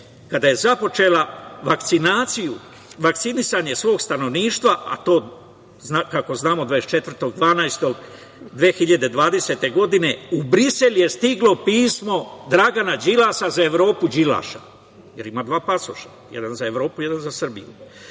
kada je započela vakcinisanje svog stanovništva, a to je, kako znamo, 24.12.2020. godine počelo, u Brisel je stiglo pismo Dragana Đilasa, za Evropu Đilaša jer ima dva pasoša, jedan za Evropu, jedan za Srbiju,